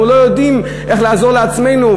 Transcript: אנחנו לא יודעים איך לעזור לעצמנו,